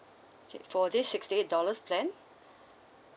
okay for this sixty eight dollars plan